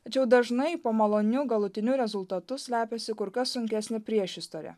tačiau dažnai po maloniu galutiniu rezultatu slepiasi kur kas sunkesnė priešistorė